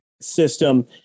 system